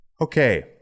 Okay